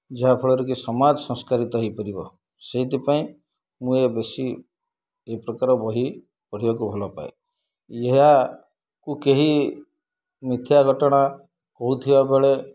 ଯାହା ଫଳରେକି ସମାଜ ସଂସ୍କାରିତ ହୋଇପାରିବ ସେଥିପାଇଁ ମୁଁ ଏ ବେଶୀ ଏ ପ୍ରକାର ବହି ପଢ଼ିବାକୁ ଭଲପାଏ ଏହାକୁ କେହି ମିଥ୍ୟା ଘଟଣା କହୁଥିବାବେଳେ